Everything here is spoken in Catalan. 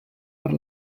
per